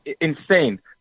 insane